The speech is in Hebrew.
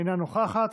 אינה נוכחת.